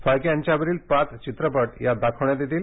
फाळके यांच्यावरील पाच चित्रपट यात दाखवण्यात येतील